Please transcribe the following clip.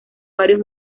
varios